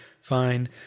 fine